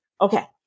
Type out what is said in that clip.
Okay